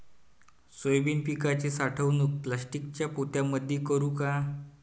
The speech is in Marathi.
सोयाबीन पिकाची साठवणूक प्लास्टिकच्या पोत्यामंदी करू का?